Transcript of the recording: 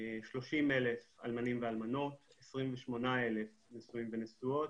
30,000 אלמנים ואלמנות, 28,000 נשואים ונשואות